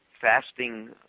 fasting